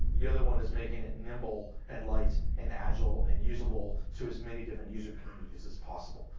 the other one is making it nimble, and light, and agile, and usable to as many different user communities as possible.